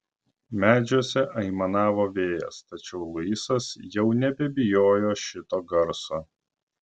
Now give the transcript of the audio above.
medžiuose aimanavo vėjas tačiau luisas jau nebebijojo šito garso